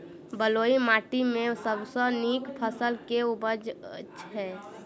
बलुई माटि मे सबसँ नीक फसल केँ उबजई छै?